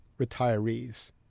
retirees